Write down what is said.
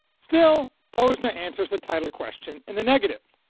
still, posner answers the title question in the negative.